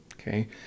okay